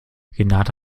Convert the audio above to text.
renate